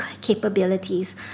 capabilities